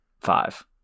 five